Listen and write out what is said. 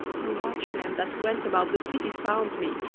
the watchmen that went about the city found me,